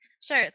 Sure